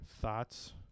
thoughts